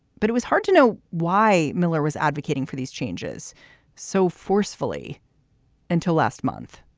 but it was hard to know why miller was advocating for these changes so forcefully until last month,